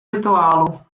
rituálu